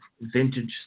vintage